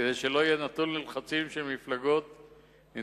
כדי שלא יהיה נתון ללחצים של מפלגות אינטרסנטיות.